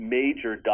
major